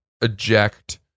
eject